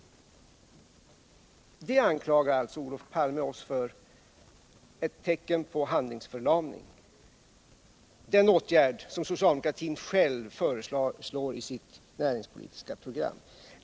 Detta anklagar Olof Palme oss för och säger att det är ett tecken på handlingsförlamning, när det i stället är precis den åtgärd som socialdemokratin själv föreslår i sitt näringspolitiska program.